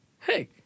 hey